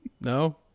No